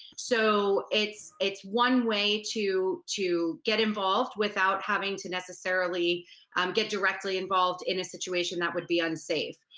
so it's it's one way to to get involved without having to necessarily get directly involved in a situation that would be unsafe.